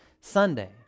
Sunday